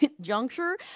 juncture